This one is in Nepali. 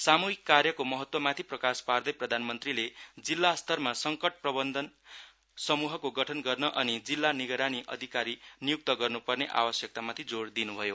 साम्हिक कार्यको महत्वमाथि प्रकाश पार्दै प्रधानमन्त्रीले जिल्ला स्तरमा संकट प्रबन्धन सम्हको गठन गर्न अनि जिल्ला निगरानी अधिकारी निय्क्त गर्न्पर्ने आवश्यकतामाथि जोर दिन् भयो